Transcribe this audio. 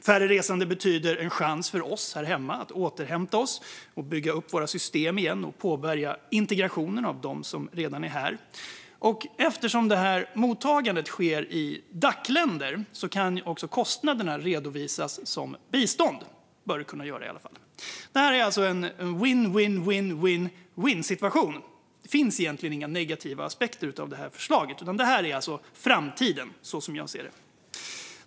Färre resande betyder en chans för oss här hemma att återhämta oss, bygga upp våra system igen och påbörja integrationen av dem som redan är här. Eftersom mottagandet sker i Dac-länder kan också kostnaderna redovisas som bistånd, eller man bör i varje fall kunna göra det. Det här är alltså en win-win-win-win-situation. Det finns egentligen inte några negativa aspekter av förslaget, utan det är framtiden, så som jag ser det.